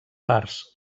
parts